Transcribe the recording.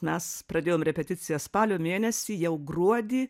mes pradėjom repeticijas spalio mėnesį jau gruodį